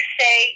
say